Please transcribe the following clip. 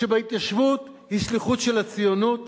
שבהתיישבות היא שליחות של הציונות,